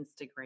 Instagram